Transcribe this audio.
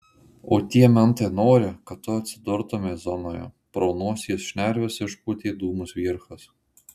o tie mentai nori kad tu atsidurtumei zonoje pro nosies šnerves išpūtė dūmus vierchas